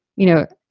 you know,